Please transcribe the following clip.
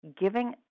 giving